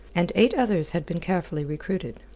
and eight others had been carefully recruited.